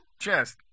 chest